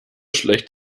schlecht